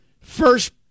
first